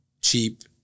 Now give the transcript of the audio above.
cheap